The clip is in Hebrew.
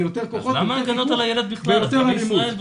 זה יותר כוחות ויותר אלימות.